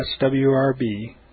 swrb